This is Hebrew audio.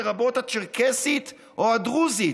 לרבות הצ'רקסית או הדרוזית".